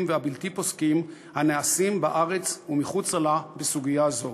והבלתי-פוסקים הנעשים בארץ ומחוצה לה בסוגיה זאת.